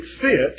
fit